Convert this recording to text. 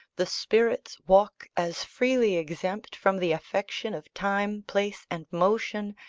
the spirits walk as freely exempt from the affection of time, place and motion,